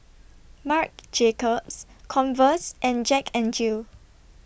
Marc Jacobs Converse and Jack N Jill